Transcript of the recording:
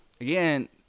again